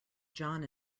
john